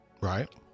Right